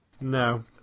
No